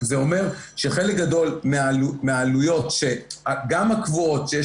זה אומר שחלק גדול מהעלויות גם הקבועות שיש